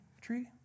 tree